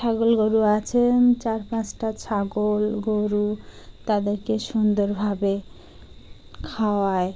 ছাগল গরু আছেন চার পাঁচটা ছাগল গরু তাদেরকে সুন্দরভাবে খাওয়ায়